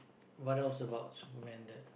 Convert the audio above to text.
what else about Superman that